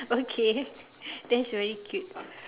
okay that's very cute